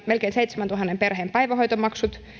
melkein seitsemääntuhanteen perheen päivähoitomaksut